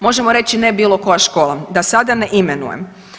Možemo reći ne bilo koja škola, da sada ne imenujem.